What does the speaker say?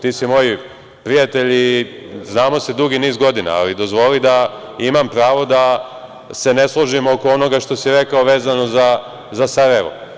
Ti si moj prijatelj i znamo se dugi niz godina, ali dozvoli da imam pravo da se ne složim oko onoga što si rekao vezano za Sarajevo.